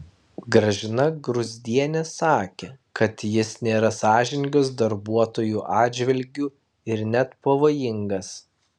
gražina gruzdienė sakė kad jis nėra sąžiningas darbuotojų atžvilgiu ir net pavojingas